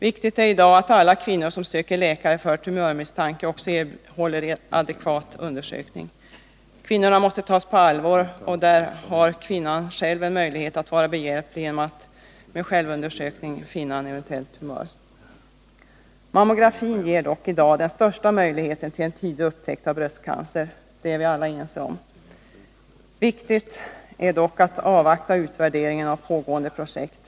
Viktigt är att alla kvinnor som söker läkare för tumörmisstanke också erhåller adekvat undersökning. Kvinnorna måste tas på allvar. Där har kvinnorna själva möjlighet att vara läkarna behjälpliga genom att med självundersökning finna eventuella tumörer. Mammografin ger i dag den största möjligheten till tidig upptäckt av bröstcancer — det är vi alla ense om. Viktigt är dock att avvakta utvärderingen av pågående projekt.